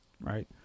right